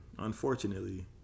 Unfortunately